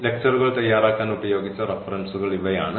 ലെക്ച്ചറുകൾ തയ്യാറാക്കാൻ ഉപയോഗിച്ച റഫറൻസുകൾ ഇവയാണ്